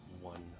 one